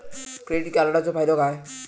Credit कार्डाचो फायदो काय?